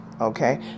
Okay